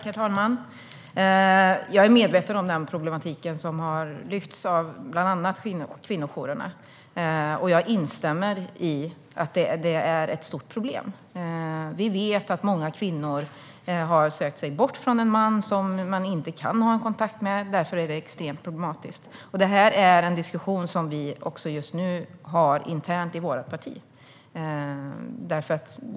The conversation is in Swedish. Herr talman! Jag är medveten om den problematik som lyfts av bland annat kvinnojourerna, och jag instämmer i att det är ett stort problem. Vi vet att många kvinnor har sökt sig bort från män som de inte kan ha kontakt med, och det är därför extremt problematiskt. Detta är också en diskussion som vi just nu har internt i vårt parti.